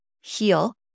heal